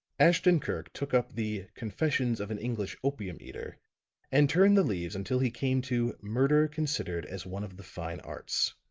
ashton-kirk took up the confessions of an english opium-eater and turned the leaves until he came to murder considered as one of the fine arts.